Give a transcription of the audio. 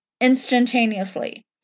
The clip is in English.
instantaneously